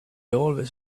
always